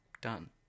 done